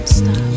stop